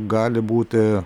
gali būti